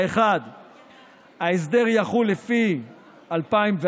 1. ההסדר יחול לפי 2014,